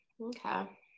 okay